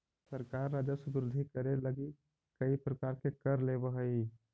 सरकार राजस्व वृद्धि करे लगी कईक प्रकार के कर लेवऽ हई